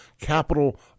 capital